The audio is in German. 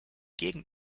gegend